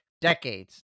decades